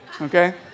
Okay